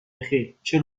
بخیر، چه